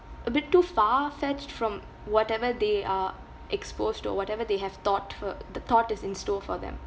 a bit too far-fetched from whatever they are exposed to or whatever they have thought for the thought is in store for them